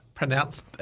pronounced